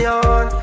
on